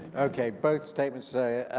okay both statements say.